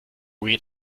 geht